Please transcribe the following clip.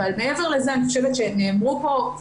אבל מעבר לזה אני חושבת שנאמרו פה,